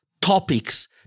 topics